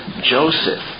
Joseph